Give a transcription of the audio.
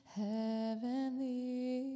heavenly